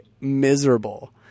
miserable